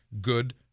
good